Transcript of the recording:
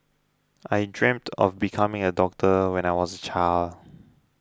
I dreamt of becoming a doctor when I was a child